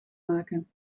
maken